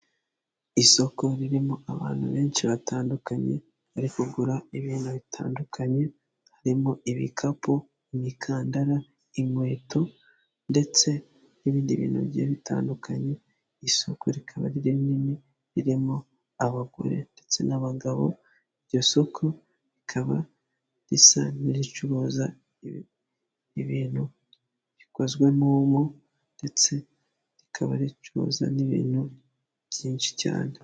Isoko ririmo abantu benshi batandukanye bari kugura ibintu bitandukanye harimo ibikapu, imikandara, inkweto ndetse n'ibindi bintu bigiye bitandukanye, isoko rikaba ari rinini ririmo abagore ndetse n'abagabo, iryo soko rikaba risa n'iricuruza ibintu bikozwe mu mpu ndetse rikaba ricuza n'ibintu byinshi cyane.